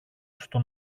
στο